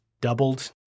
doubled